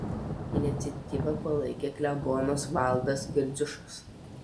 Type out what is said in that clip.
iniciatyvą palaikė klebonas valdas girdziušas